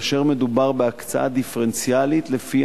כאשר מדובר בהקצאה דיפרנציאלית לפי